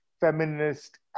feminist